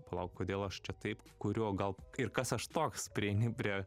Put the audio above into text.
palauk kodėl aš čia taip kurio gal ir kas aš toks prieini prie